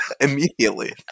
Immediately